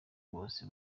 bose